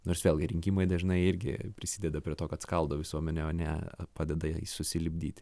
nors vėlgi rinkimai dažnai irgi prisideda prie to kad skaldo visuomenę o ne padeda jai susilipdyti